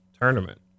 tournament